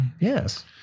Yes